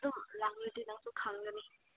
ꯑꯗꯨꯝ ꯂꯥꯛꯂꯗꯤ ꯅꯪꯁꯨ ꯈꯪꯒꯅꯤ